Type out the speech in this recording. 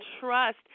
trust